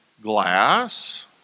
glass